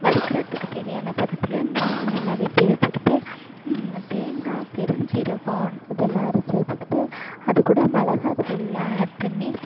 வறுக்குறதுக்கு தேவையான பதத்தில் மீனை நல்லா வெட்டி வச்சுக்கிட்டு தேங்காய் பெருஞ்சீரகம் இதெல்லாம் அரைச்சு வச்சுக்கிட்டு அது கூட மிளகா தூள்லாம் ஆட் பண்ணி